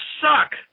suck